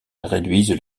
réduisent